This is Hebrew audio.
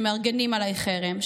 שמארגנים עליי חרם.